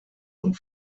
und